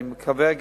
אני גם מקווה,